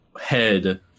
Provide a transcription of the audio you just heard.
head